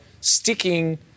sticking